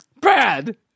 Brad